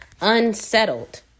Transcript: Unsettled